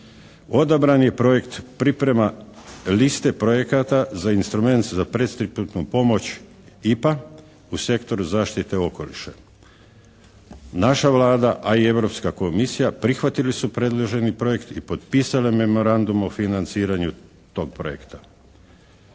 Odabran je projekt priprema liste projekata za instrument za predpristupnu pomoć IPA u sektoru zaštite okoliša. Naša Vlada, a i Europska komisija prihvatili su predloženi projekt i potpisale memorandum o financiranju tog projekta.